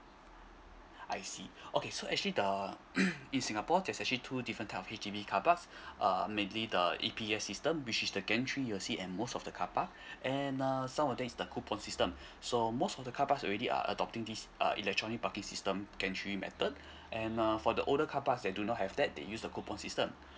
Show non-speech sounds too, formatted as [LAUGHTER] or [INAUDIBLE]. I see okay so actually the [NOISE] in singapore there's actually two different type of H_D_B carparks uh maybe the E_P_S system which is the entry you see at most of the carpark and uh some of them is the coupon system so most of the carpark already uh adopting this uh electronic parking system entry method and um for the older carpark that do not have that they use the coupon system